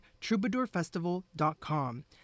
TroubadourFestival.com